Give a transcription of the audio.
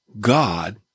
God